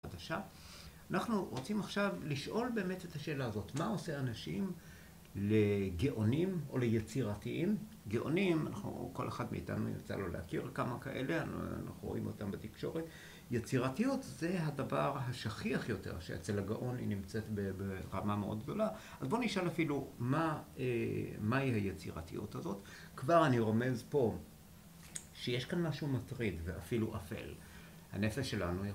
אנחנו רוצים עכשיו לשאול באמת את השאלה הזאת, מה עושה אנשים לגאונים או ליצירתיים? גאונים, כל אחד מאיתנו יצא לו להכיר כמה כאלה, אנחנו רואים אותם בתקשורת. יצירתיות זה הדבר השכיח יותר שאצל הגאון היא נמצאת ברמה מאוד גדולה. אז בוא נשאל אפילו מהי היצירתיות הזאת. כבר אני רומז פה שיש כאן משהו מטריד ואפילו אפל. הנפש שלנו יכול...